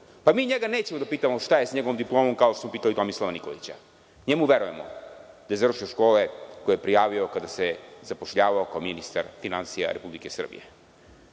njega nećemo da pitamo šta je sa njegovom diplomom kao što smo pitali Tomislava Nikolića, jer njemu verujemo da je završio škole koje je prijavio kada se zapošljavao kao ministar finansija Republike Srbije. To